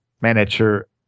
manager